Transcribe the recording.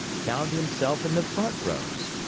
found himself in the front rows.